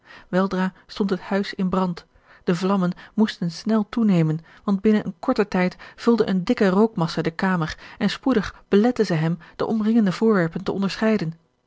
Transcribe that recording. weldra stond het huis in brand de vlammen moesten snel toenemen want binnen een korten tijd vulde eene dikke rookmassa de kamer en spoedig belette zij hem de omringende voorwerpen te onderscheiden